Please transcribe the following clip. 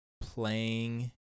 playing